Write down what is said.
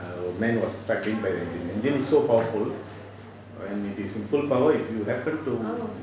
man was sucked in by the engine engine was so powerful when it is in full power you happen to